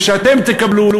וכשאתם תקבלו,